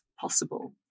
possible